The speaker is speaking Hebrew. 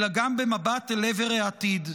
אלא גם במבט אל עבר העתיד.